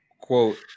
quote